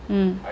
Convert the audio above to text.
mm